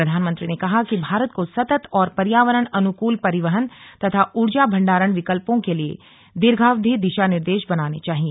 प्रधानमंत्री ने कहा कि भारत को सतत और पर्यावरण अनुकूल परिवहन तथा ऊर्जा भंडारण विकल्पों के लिए दीर्घावधि दिशा निर्देश बनाने चाहिए